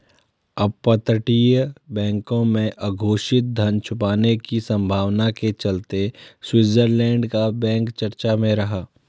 अपतटीय बैंकों में अघोषित धन छुपाने की संभावना के चलते स्विट्जरलैंड का बैंक चर्चा में रहा